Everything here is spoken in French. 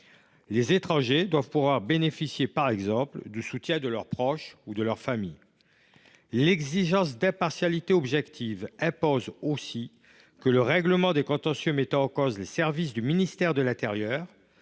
Les étrangers doivent pouvoir bénéficier par exemple du soutien de leurs proches ou de leur famille. L’exigence d’impartialité objective impose aussi que les contentieux mettant en cause les services du ministre de l’intérieur